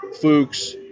Fuchs